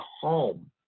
home